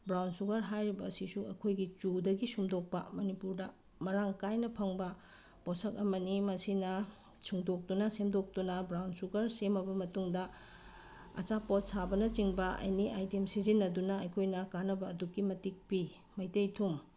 brown sugar ꯍꯥꯏꯔꯤꯕ ꯑꯁꯤꯁꯨ ꯑꯩꯈꯣꯏꯒꯤ ꯆꯨꯗꯒꯤ ꯁꯨꯝꯇꯣꯛꯄ ꯃꯅꯤꯄꯨꯔꯗ ꯃꯔꯥꯡ ꯀꯥꯏꯅ ꯐꯪꯕ ꯄꯣꯁꯛ ꯑꯃꯅꯤ ꯃꯁꯤꯅ ꯁꯨꯡꯇꯣꯛꯇꯨꯅ ꯁꯦꯝꯇꯣꯛꯇꯨꯅ ꯕ꯭ꯔꯥꯎꯟ ꯁꯨꯒꯔ ꯁꯦꯝꯃꯕ ꯃꯇꯨꯡꯗ ꯑꯆꯥꯄꯣꯠ ꯁꯥꯕꯅꯆꯤꯡꯕ ꯑꯦꯅꯤ ꯑꯥꯏꯇꯦꯝ ꯁꯤꯖꯤꯟꯅꯗꯨꯅ ꯑꯩꯈꯣꯏꯅ ꯀꯥꯅꯕ ꯑꯗꯨꯛꯀꯤ ꯃꯇꯤꯛ ꯄꯤ ꯃꯩꯇꯩ ꯊꯨꯝ